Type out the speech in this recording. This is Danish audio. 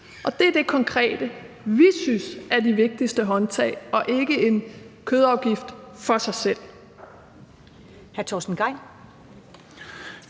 Det er det konkrete, vi synes er de vigtigste håndtag, og ikke en kødafgift i sig selv.